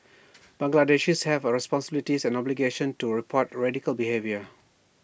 Bangladeshis have A responsibility and obligation to report radical behaviour